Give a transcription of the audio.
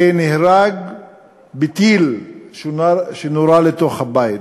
נהרג מטיל שנורה לתוך הבית,